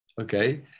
Okay